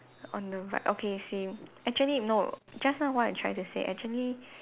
on the right okay same actually no just now what I'm trying to say actually